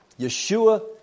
Yeshua